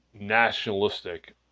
nationalistic